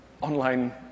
online